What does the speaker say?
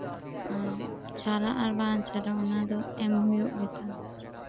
ᱟᱢ ᱪᱟᱞᱟᱜ ᱟᱨ ᱵᱟᱝ ᱪᱟᱞᱟᱜ ᱚᱱᱟ ᱫᱚ ᱮᱢ ᱦᱩᱭᱩᱜ ᱜᱮᱛᱟᱢᱟ